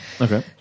Okay